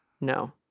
No